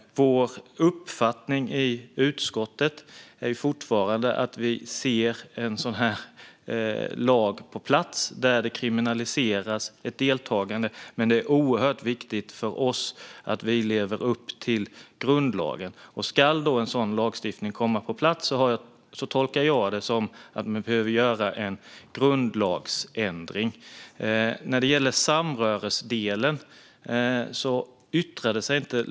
Vår uppfattning i utskottet är fortfarande att vi ser en lag på plats där deltagande kriminaliseras, men det är oerhört viktigt för oss att vi lever upp till grundlagen. Jag tolkar det som att man behöver göra en grundlagsändring om en sådan lagstiftning ska komma på plats.